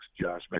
Josh